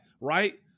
right